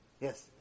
Yes